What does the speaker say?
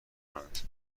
کنند